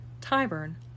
Tyburn